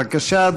בבקשה,